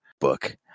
book